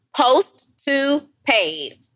Post-to-paid